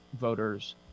voters